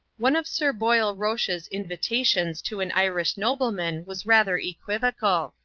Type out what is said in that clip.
one of sir boyle roche's invitations to an irish nobleman was rather equivocal.